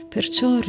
Perciò